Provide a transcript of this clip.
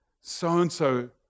so-and-so